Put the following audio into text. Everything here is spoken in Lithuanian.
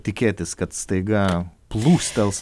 tikėtis kad staiga plūstels